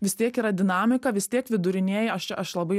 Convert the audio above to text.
vis tiek yra dinamika vis tiek vidurinieji aš čia aš labai